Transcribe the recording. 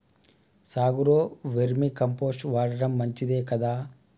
సాగులో vermi compost వాడటం మంచిదే కదా?